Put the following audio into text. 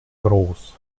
groß